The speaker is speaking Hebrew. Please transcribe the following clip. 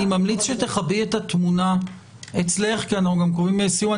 אני ממליץ שתכבי את התמונה אצלך כי אנחנו גם קרובים לסיום.